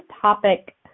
topic